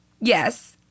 Yes